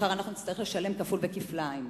מחר נצטרך לשלם כפול וכפליים.